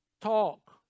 talk